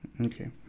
Okay